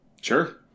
Sure